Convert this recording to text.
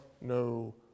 no